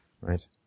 Right